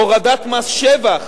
הורדת מס שבח